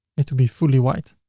it to be fully white.